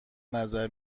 نظر